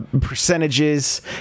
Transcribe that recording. percentages